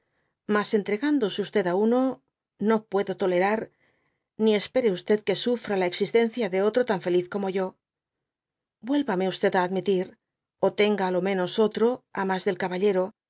mas entregándose o á uno no puedo tolerar ni espere que sufra la existencie otro tan feliz como yo vuélvame á admitir ó tenga á lo menos otro á mas del caballero